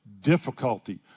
difficulty